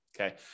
okay